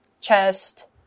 chest